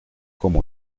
como